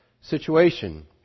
situation